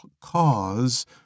cause